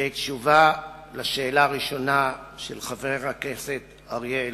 בתשובה לשאלה הראשונה של חבר הכנסת אריה אלדד,